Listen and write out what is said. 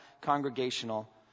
congregational